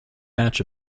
batch